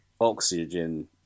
oxygen